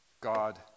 God